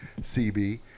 CB